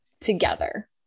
together